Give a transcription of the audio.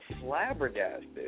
flabbergasted